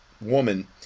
woman